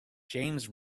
james